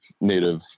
Native